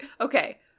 okay